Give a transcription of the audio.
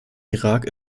irak